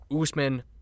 Usman